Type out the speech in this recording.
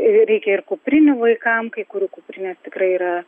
reikia ir kuprinių vaikam kai kurių kuprinės tikrai yra